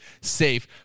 safe